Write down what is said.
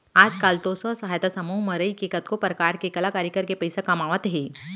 आज काल तो स्व सहायता समूह म रइके कतको परकार के कलाकारी करके पइसा कमावत हें